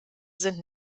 sind